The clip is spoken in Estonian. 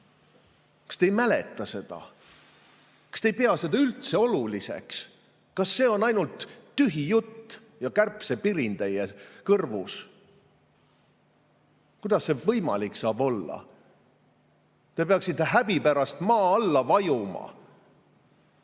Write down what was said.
Kas te ei mäleta seda?! Kas te ei pea seda üldse oluliseks?! Kas see on ainult tühi jutt ja kärbsepirin teie kõrvus?! Kuidas see võimalik saab olla?! Te peaksite häbi pärast maa alla vajuma.